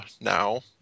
now